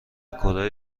کره